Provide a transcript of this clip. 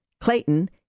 Clayton